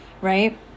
right